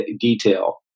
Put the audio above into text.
detail